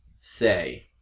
say